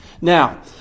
Now